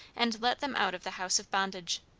and let them out of the house of bondage.